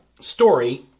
story